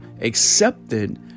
accepted